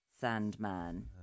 Sandman